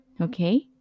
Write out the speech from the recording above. Okay